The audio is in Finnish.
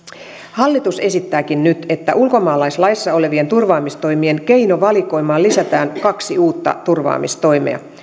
hallitus esittääkin nyt että ulkomaalaislaissa olevien turvaamistoimien keinovalikoimaan lisätään kaksi uutta turvaamistoimea